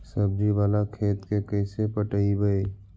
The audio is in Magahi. सब्जी बाला खेत के कैसे पटइबै?